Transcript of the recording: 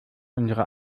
unsere